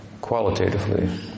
qualitatively